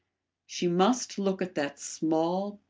she must look at that small,